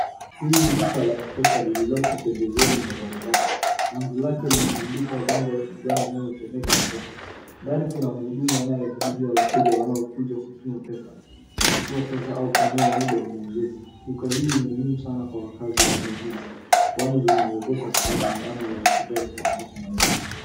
Hii ni duka la mpesa liloko pembezoni mwa barabara. Lango lake limebandikwa lango la kijani linalosomeka mpesa. Ndani kuna mhudumu anayehudumia wateja wanaokuja kutuma pesa, kutoa pesa au kununua muda wa maongezi. Duka hii ni muhimu sana kwa wakazi wa eneo hili kwani linawezesha kufanya miama za kifedha kwa haraka na urahisi.